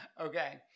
Okay